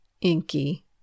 Inky